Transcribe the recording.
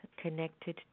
connected